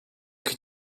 que